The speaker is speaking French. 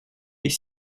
est